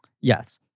Yes